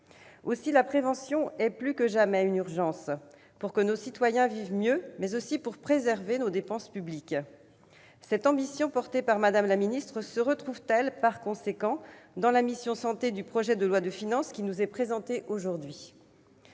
Aussi, la prévention est plus que jamais une urgence pour améliorer les conditions de vie de nos concitoyens, mais aussi pour préserver nos dépenses publiques. Cette ambition portée par Mme la ministre se retrouve-t-elle, par conséquent, dans la mission « Santé » du projet de loi de finances qui nous est présentée aujourd'hui ?